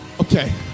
Okay